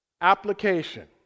Application